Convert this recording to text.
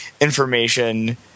information